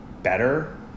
better